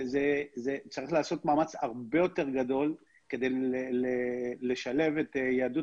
צריך לעשות מאמץ הרבה יותר גדול כדי לשלב את יהדות